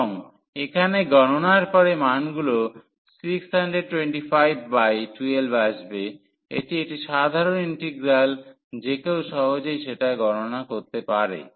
এবং এখানে গণনার পরে মানগুলি 62512 আসবে এটি একটি সাধারণ ইন্টিগ্রাল যেকেউ সহজেই সেটা গণনা করতে পারে